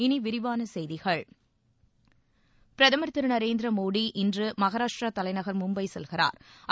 இனி விரிவான செய்திகள் பிரதமா் திரு நரேந்திர மோடி இன்று மும்பை மகாராஷ்டிரா தலைநகா் மும்பை செல்கிறாா்